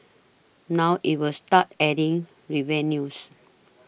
now it will start adding revenues